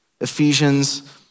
Ephesians